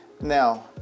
Now